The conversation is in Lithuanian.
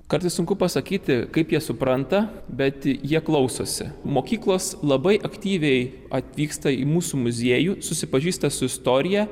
kartais sunku pasakyti kaip jie supranta bet jie klausosi mokyklos labai aktyviai atvyksta į mūsų muziejų susipažįsta su istorija